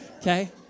okay